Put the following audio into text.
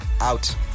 out